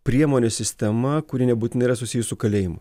priemonių sistema kuri nebūtinai yra susijus su kalėjimu